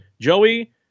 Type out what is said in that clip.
joey